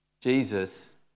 Jesus